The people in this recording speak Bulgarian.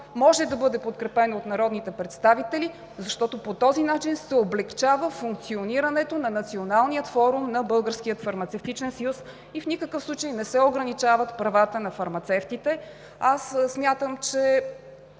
може да бъде подкрепено от народните представители, защото по този начин се облекчава функционирането на националния форум на Българския фармацевтичен съюз и в никакъв случай не се ограничават правата на фармацевтите. Смятам, че